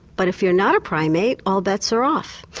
but if you're not a primate all bets are off.